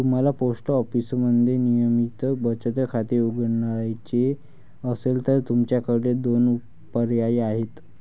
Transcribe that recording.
तुम्हाला पोस्ट ऑफिसमध्ये नियमित बचत खाते उघडायचे असेल तर तुमच्याकडे दोन पर्याय आहेत